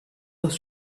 was